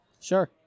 Sure